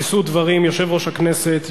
יישאו דברים יושב-ראש הכנסת,